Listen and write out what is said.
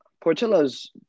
portillo's